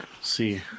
see